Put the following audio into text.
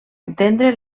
entendre